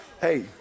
Hey